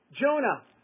Jonah